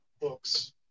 books